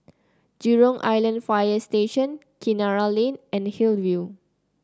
Jurong Island Fire Station Kinara Lane and Hillview